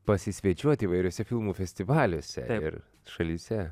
pasisvečiuoti įvairiuose filmų festivaliuose ir šalyse